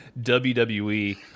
WWE